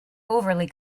overly